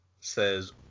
says